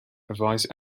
vice